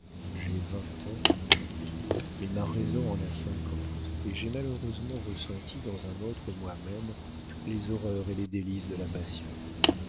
j'ai vingt ans mon ami mais ma raison en a cinquante et j'ai malheureusement ressenti dans un autre moi-même les horreurs et les délices de la passion